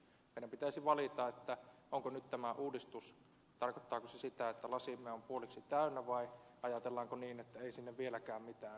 meidän pitäisi valita tarkoittaako tämä uudistus sitä että lasimme on puoliksi täynnä vai ajatellaanko niin että ei sinne vieläkään mitään lirahtanut